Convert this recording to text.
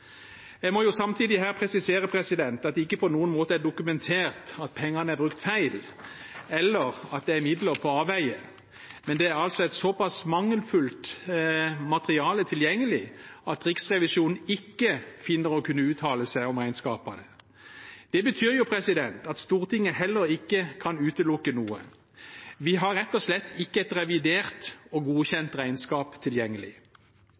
Jeg må samtidig presisere her at det ikke på noen måte er dokumentert at pengene er brukt feil, eller at det er midler på avveier, men det er et såpass mangelfullt materiale tilgjengelig at Riksrevisjonen ikke finner å kunne uttale seg om regnskapene. Det betyr at heller ikke Stortinget kan utelukke noe. Vi har rett og slett ikke et revidert og godkjent regnskap tilgjengelig.